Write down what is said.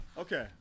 Okay